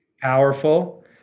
powerful